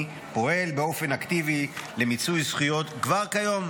פועל באופן אקטיבי למיצוי זכויות כבר כיום,